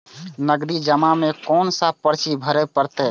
नगदी जमा में कोन सा पर्ची भरे परतें?